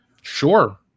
Sure